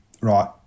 right